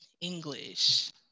English